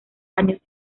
años